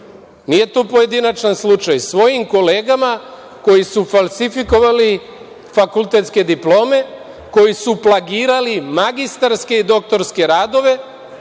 nije to pojedinačan slučaj, svojim kolegama koji su falsifikovali fakultetske diplome, koji su plagirali magistarske i doktorske radove